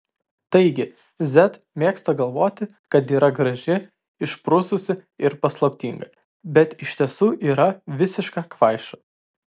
taigi z mėgsta galvoti kad yra graži išprususi ir paslaptinga bet iš tiesų yra visiška kvaiša